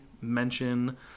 mention